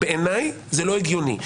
בעיניי זה לא הגיוני.